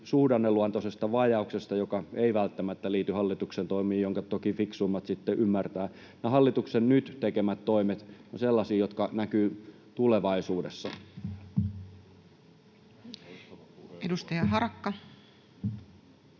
suhdanneluontoisesta vajauksesta, joka ei välttämättä liity hallituksen toimiin, jonka toki fiksuimmat sitten ymmärtävät. Hallituksen nyt tekemät toimet ovat sellaisia, jotka näkyvät tulevaisuudessa. [Speech 29]